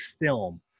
film